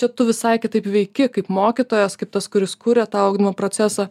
čia tu visai kitaip veiki kaip mokytojas kaip tas kuris kuria tą ugdymo procesą